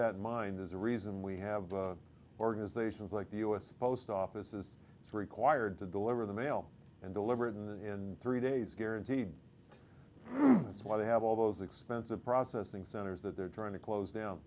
that in mind there's a reason we have organizations like the u s post office as it's required to deliver the mail and deliberate in three days guaranteed that's why they have all those expensive processing centers that they're trying to close down